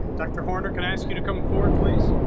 dr. horner can i ask you to come forward please